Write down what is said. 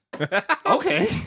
Okay